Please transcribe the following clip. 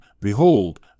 behold